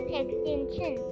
extension